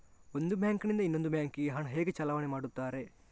ಒಂದು ಬ್ಯಾಂಕ್ ನಿಂದ ಇನ್ನೊಂದು ಬ್ಯಾಂಕ್ ಗೆ ಹಣ ಹೇಗೆ ಚಲಾವಣೆ ಮಾಡುತ್ತಾರೆ?